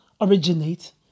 originate